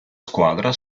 squadra